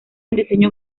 diseño